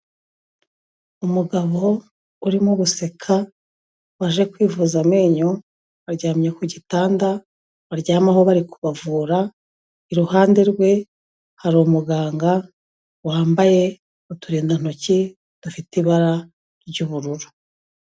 Umugabo urimo guseka waje kwivuza amenyo, aryamye ku gitanda baryamaho bari kubavura, iruhande rwe hari umuganga wambaye uturindantoki dufite ibara ry'ubururu.